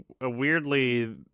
weirdly